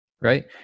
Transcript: right